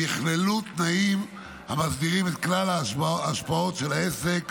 ויכללו תנאים המסדירים את כלל ההשפעות של העסק